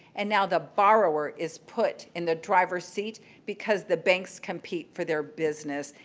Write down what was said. and now the borrower is put in the driver seat because the banks compete for their business.